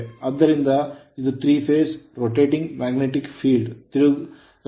ಆದ್ದರಿಂದ ಇದು 3 phase rotating magnetic field ತಿರುಗುವ ಕಾಂತೀಯ ರಚಿಸುತ್ತದೆ